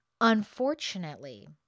Unfortunately